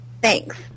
Thanks